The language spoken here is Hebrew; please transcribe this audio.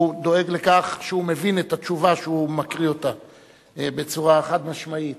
הוא דואג לכך שהוא יבין את התשובה שהוא מקריא בצורה חד-משמעית.